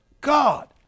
God